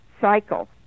cycle